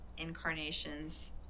incarnations